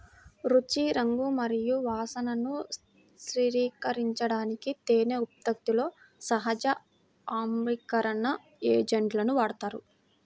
రుచి, రంగు మరియు వాసనను స్థిరీకరించడానికి తేనె ఉత్పత్తిలో సహజ ఆమ్లీకరణ ఏజెంట్లను వాడతారు